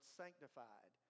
sanctified